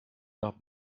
nach